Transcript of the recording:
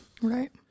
Right